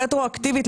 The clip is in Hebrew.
רטרואקטיבית,